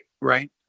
Right